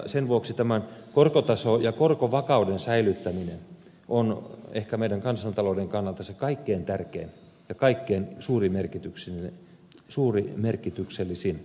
sen vuoksi korkotason ja korkovakauden säilyttäminen on ehkä meidän kansantaloutemme kannalta se kaikkein tärkein ja kaikkein suurimerkityksellisin asia